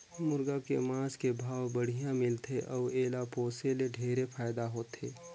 मुरगा के मांस के भाव बड़िहा मिलथे अउ एला पोसे ले ढेरे फायदा होथे